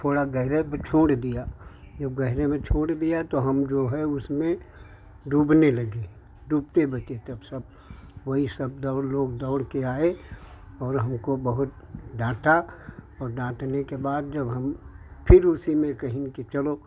थोड़ा गहरे में छोड़ दिया जो गहरे में छोड़ दिया तो हम जो है उसमें डूबने लगे डूबते बचे तो सब वही सब लोग दौड़ कर आए और हमको बहुत डाँटा और डाँटने के बाद जब हम फिर उसी में कहिन कि चलो